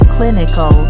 Clinical